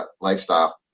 lifestyle